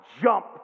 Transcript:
jump